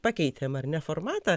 pakeitėm ar ne formatą